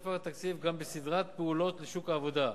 בספר התקציב, גם בסדרת פעולות לשוק העבודה: